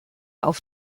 auf